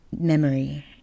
memory